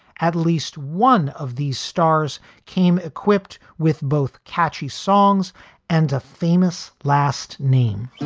at least one of these stars came equipped with both catchy songs and a famous last name